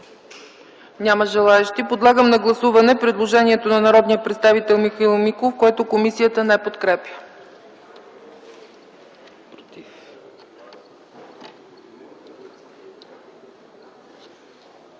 благодаря. Подлагам на гласуване предложението на народния представител Михаил Миков, което комисията не подкрепя.